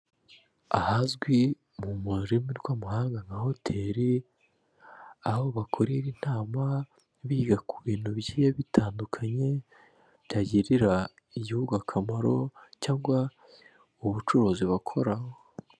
Ahazwi mu rurimi rw'amahanga nka Hotel, aho bakorera inama, biga ku bintu bigiye bitandukanye byagirira igihugu akamaro, cyangwa ubucuruzi bakoramo.